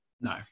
No